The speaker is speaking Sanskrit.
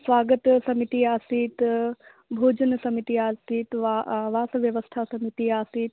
स्वागतसमिति आसीत् भोजनसमिति आसीत् वा वासव्यवस्था समिति आसीत्